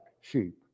sheep